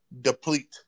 deplete